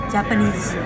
Japanese